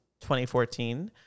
2014